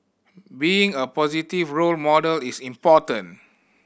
being a positive role model is important